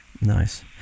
Nice